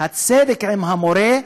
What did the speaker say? הצדק עם המורה,